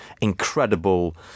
Incredible